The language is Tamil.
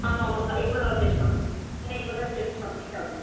ஆமாம்மாக்கா இப்போ நம்ம பேசலாம் ஏன்னா இப்போதான் செட் சப்மிட் ஆகுது